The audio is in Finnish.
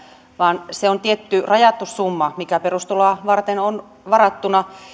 vaan se on tietty rajattu summa mikä perustuloa varten on varattuna